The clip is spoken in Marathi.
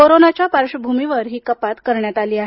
कोरोनाच्या पार्श्वभूमीवर ही कपात करण्यात आली आहे